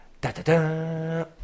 Da-da-da